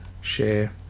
Share